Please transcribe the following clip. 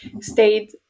stayed